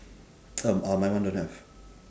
um ah my one don't have